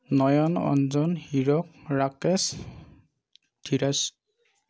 Nayan Anjan Hirak Rakesh Dhiraj